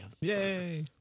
Yay